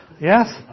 Yes